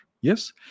yes